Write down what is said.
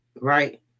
Right